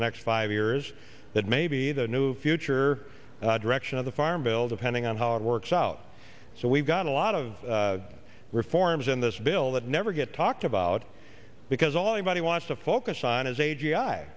the next five years that may be the new future direction of the farm bill depending on how it works out so we've got a lot of reforms in this bill that never get talked about because all the body wants to focus on is a